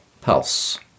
pulse